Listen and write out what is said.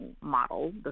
model